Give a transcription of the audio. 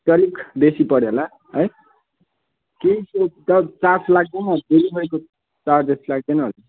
त्यो अलिक बेसी पऱ्यो होला है केही त्यो चार् चार्ज लाग्दैन डेलिभरीको चार्जेस लाग्दैन होला